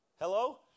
Hello